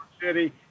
City